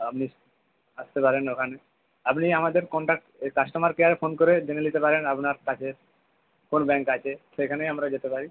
আপনি আসতে পারেন ওখানে আপনি আমাদের কন্ট্যাক্ট এই কাস্টোমার কেয়ারে ফোন করে জেনে নিতে পারেন আপনার কাছে কোন ব্যাংক আছে সেইখানে আমরা যেতে পারি